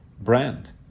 brand